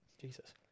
Jesus